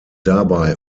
dabei